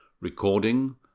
Recording